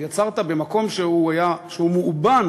במקום שהוא מאובן